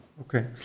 Okay